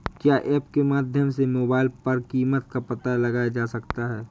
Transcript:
क्या ऐप के माध्यम से मोबाइल पर कीमत का पता लगाया जा सकता है?